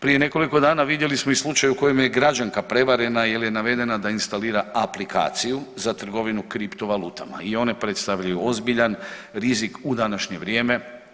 Prije nekoliko dana vidjeli smo i slučaj u kojem je građanka prevarena jer je navedena da instalira aplikaciju za trgovinu kripto valutama i one predstavljaju ozbiljan rizik u današnje vrijeme.